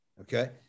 okay